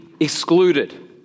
excluded